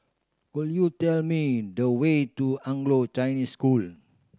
could you tell me the way to Anglo Chinese School